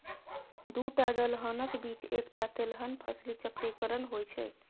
दूटा दलहनक बीच एकटा तेलहन फसली चक्रीकरण होए छै